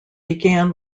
began